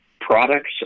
Products